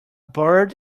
bird